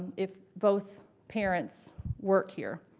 if both parents work here.